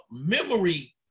memory